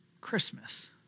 Christmas